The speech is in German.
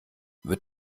wird